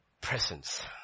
presence